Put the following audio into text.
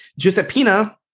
Giuseppina